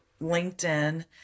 LinkedIn